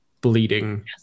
bleeding